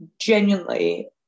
genuinely